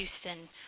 Houston